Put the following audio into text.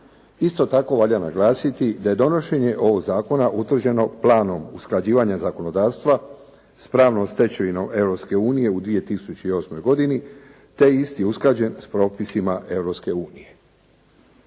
Isto tako valja naglasiti da je donošenje ovog zakona utvrđeno planom usklađivanja zakonodavstva s pravnom stečevinom Europske unije u 2008. godini te je isti usklađen s propisima